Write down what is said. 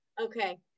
Okay